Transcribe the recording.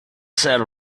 sat